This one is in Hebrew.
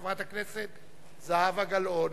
חברת הכנסת זהבה גלאון.